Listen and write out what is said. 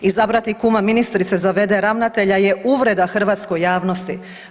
Izabrati kuma ministrice za v.d. ravnatelja je uvreda hrvatskoj javnosti.